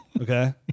Okay